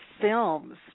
films